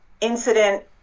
incident